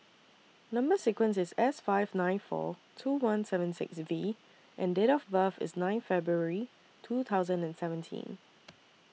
Number sequence IS S five nine four two one seven six V and Date of birth IS nine February two thousand and seventeen